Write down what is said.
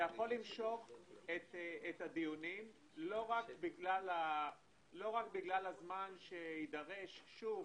זה יכול למשוך את הדיונים לא רק בגלל הזמן שיידרש שוב